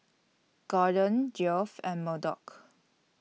Gordon Geoff and Murdock